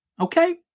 Okay